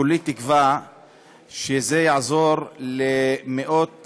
כולי תקווה שזה יעזור למאות